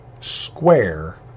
square